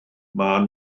mae